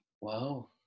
Wow